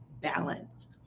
balance